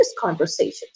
conversations